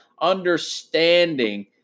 understanding